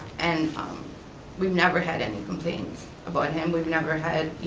and um we've never had any complaints about him. we've never had